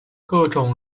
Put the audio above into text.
各种